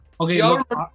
okay